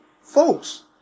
folks